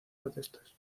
protestas